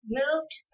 moved